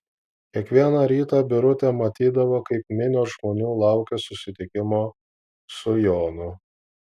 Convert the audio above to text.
kiekvieną rytą birutė matydavo kaip minios žmonių laukia susitikimo su jonu